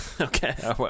Okay